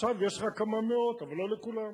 עכשיו יש לך כמה מאות, אבל לא לכולם.